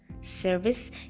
service